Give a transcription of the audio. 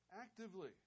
actively